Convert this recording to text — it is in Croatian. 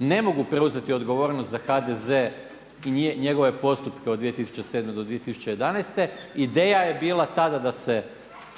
Ne mogu preuzeti odgovornost za HDZ i njegove postupke od 2007. do 2011. Ideja je bila tada da se